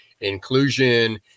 inclusion